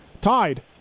Tied